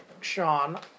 Sean